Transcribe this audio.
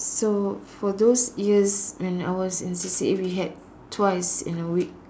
so for those years when I was in C_C_A we had twice in a week